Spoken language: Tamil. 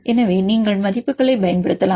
எனவே நீங்கள் மதிப்புகளைப் பயன்படுத்தலாம்